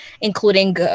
including